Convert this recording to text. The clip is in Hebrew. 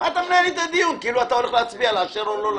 מה אתה מנהל איתה דיון כאילו אתה הולך להצביע לאשר או לא לאשר.